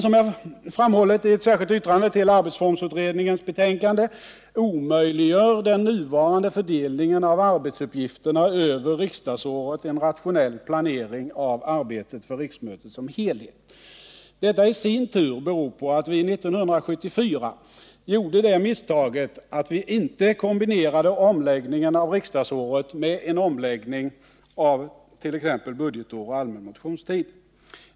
Som jag framhållit i ett särskilt yttrande till arbetsformsutredningens betänkande omöjliggör den nuvarande fördelningen av arbetsuppgifterna över riksdagsåret en rationell planering av arbetet för riksmötet som helhet. Detta i sin tur beror på att vi 1974 gjorde det misstaget att inte kombinera omläggningen av riksdagsåret med en omläggning av t.ex. budgetår och allmän motionstid.